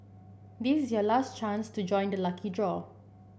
this is your last chance to join the lucky draw